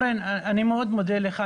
אני מודה לך.